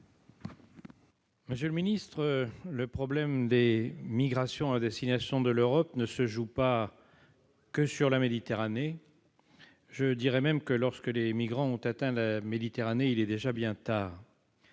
Monsieur le ministre, le problème des migrations à destination de l'Europe ne se joue pas que sur la Méditerranée ; d'ailleurs, lorsque les migrants ont atteint la Méditerranée, c'est qu'il est déjà bien tard